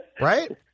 Right